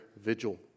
vigil